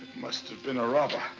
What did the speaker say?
must have been a robber.